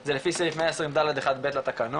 זה לפי סעיף 120 1 ד' לתקנון,